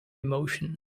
emotion